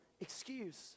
excuse